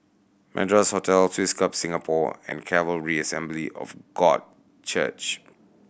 Madras Hotel Swiss Club Singapore and Calvary Assembly of God Church